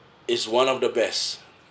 it's one of the best